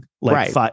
right